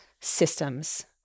systems